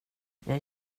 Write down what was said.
jag